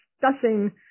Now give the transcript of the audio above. discussing